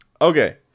Okay